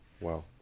wow